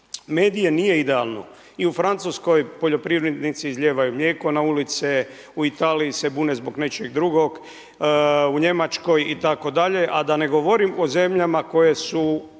medije, nije idealno. I u Francuskoj poljoprivrednici izlijevaju mlijeko na ulice, u Italiji se bune zbog nečeg drugog, u Njemačkoj itd., a da ne govorim o zemljama koje su